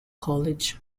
college